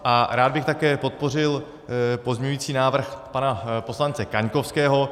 A rád bych také podpořil pozměňovací návrh pana poslance Kaňkovského.